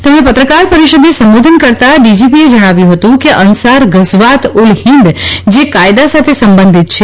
તેમણે પત્રકાર પરિષદને સંબોધન કરતાં ડીજીપીએ જણાવ્યું હતુ કે અન્સાર ગઝવાત ઉલ હિંદ જે કાયદા સાથે સંબંધીત છે